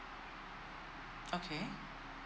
okay